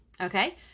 Okay